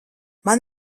man